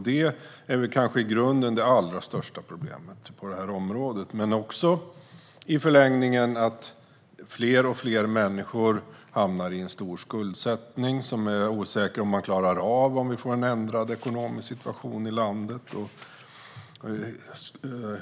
Detta är kanske i grunden det allra största problemet på området, men det är också i förlängningen ett problem att fler och fler människor hamnar i en stor skuldsättning som de är osäkra på om de klarar av om vi får en ändrad ekonomisk situation i landet.